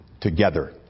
together